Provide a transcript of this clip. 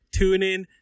TuneIn